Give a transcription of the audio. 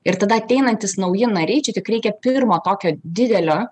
ir tada ateinantys nauji nariai čia tik reikia pirmo tokio didelio